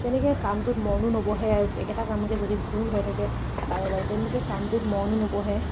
তেনেকে কামটোত মনো নবহে আৰু একেটা কামকে যদি ভুল হৈ থাকে বাৰে বাৰে তেনেকে কামটোত মনো নবহে